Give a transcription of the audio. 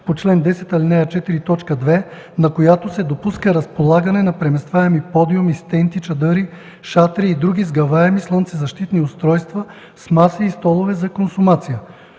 по чл. 10, ал. 4, т. 2, на която се допуска разполагане на преместваеми подиуми с тенти, чадъри, шатри и други сгъваеми слънцезащитни устройства с маси и столове за консумация.